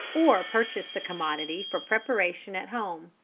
or purchase the commodity for preparation at home.